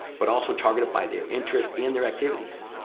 but also targeted by their interest in their activities.